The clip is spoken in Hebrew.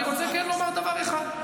אני כן רוצה לומר דבר אחד,